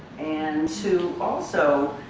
and to also